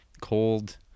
cold